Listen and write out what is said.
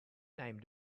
name